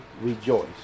rejoice